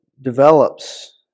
develops